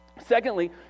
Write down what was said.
Secondly